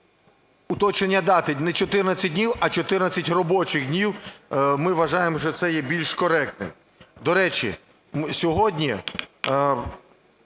уточнення дати – не 14 днів, а 14 робочих днів. Ми вважаємо, що це є більш коректним. До речі, сьогодні